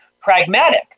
pragmatic